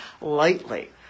lightly